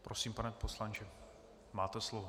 Prosím, pane poslanče, máte slovo.